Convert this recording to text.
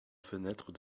fenêtre